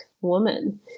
woman